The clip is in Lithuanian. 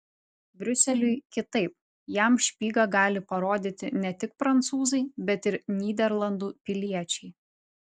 briuseliui kitaip jam špygą gali parodyti ne tik prancūzai bet ir nyderlandų piliečiai